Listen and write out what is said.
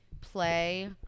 play